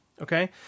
okay